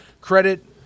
Credit